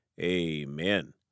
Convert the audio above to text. amen